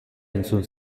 entzun